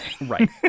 Right